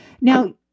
Now